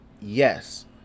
yes